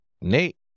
Nate